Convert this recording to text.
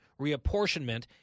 reapportionment